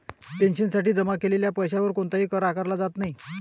पेन्शनसाठी जमा केलेल्या पैशावर कोणताही कर आकारला जात नाही